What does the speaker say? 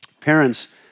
Parents